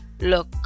look